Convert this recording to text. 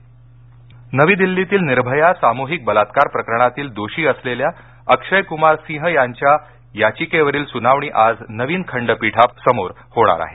निर्भया नवी दिल्लीतील निर्भया सामृहिक बलात्कार प्रकरणातील दोषी असलेल्या अक्षय कृमार सिंह याच्या याचिकेवरील सुनावणी आज नवीन खंडपीठासमोर होईल